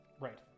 right